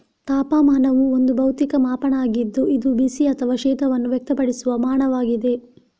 ತಾಪಮಾನವು ಒಂದು ಭೌತಿಕ ಮಾಪನ ಆಗಿದ್ದು ಇದು ಬಿಸಿ ಅಥವಾ ಶೀತವನ್ನು ವ್ಯಕ್ತಪಡಿಸುವ ಮಾನವಾಗಿದೆ